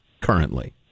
currently